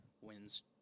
wins